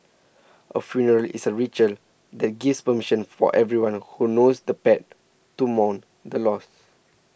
a funeral is a ritual that gives permission for everyone who knows the pet to mourn the loss